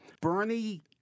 Bernie